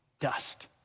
dust